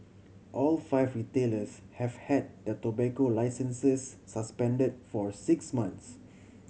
all five retailers have had the tobacco licences suspended for six months